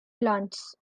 plants